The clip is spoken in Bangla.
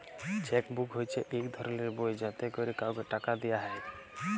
চ্যাক বুক হছে ইক ধরলের বই যাতে ক্যরে কাউকে টাকা দিয়া হ্যয়